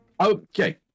Okay